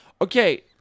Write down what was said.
Okay